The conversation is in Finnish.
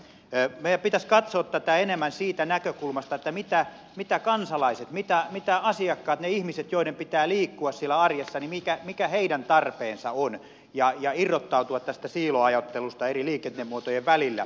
meidän pitäisi katsoa tätä enemmän siitä näkökulmasta mikä kansalaisten asiakkaiden niiden ihmisten joiden pitää liikkua siellä arjessa tarve on ja irrottautua tästä siiloajattelusta eri liikennemuotojen välillä